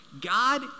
God